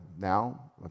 Now